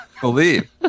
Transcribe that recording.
believe